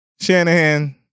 Shanahan